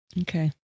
Okay